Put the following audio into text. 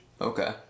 okay